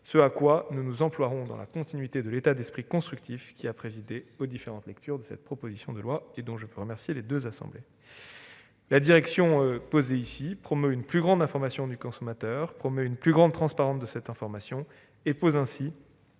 Nous nous y emploierons dans la continuité de l'état d'esprit constructif ayant présidé aux différentes lectures de cette proposition de loi- j'en remercie d'ailleurs les deux assemblées. La direction prise promeut une plus grande information du consommateur et une plus grande transparence de cette information. Sont ainsi